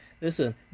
Listen